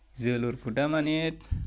जोलुरखौ दा माने